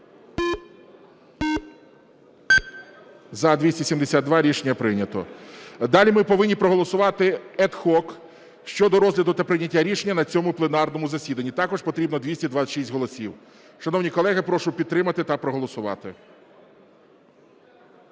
За-272 Рішення прийнято. Далі ми повинні проголосувати аd hoc щодо розгляду та прийняття рішення на цьому пленарному засіданні, також потрібно 226 голосів. Шановні колеги, я прошу підтримати та проголосувати.